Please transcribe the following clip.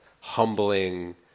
humbling